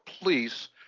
police